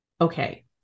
okay